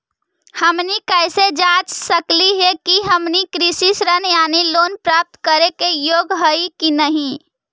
हमनी कैसे जांच सकली हे कि हमनी कृषि ऋण यानी लोन प्राप्त करने के योग्य हई कि नहीं?